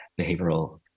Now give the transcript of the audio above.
behavioral